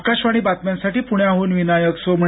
आकाशवाणी बातम्यांसाठी पुण्याहून विनायक सोमणी